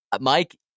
Mike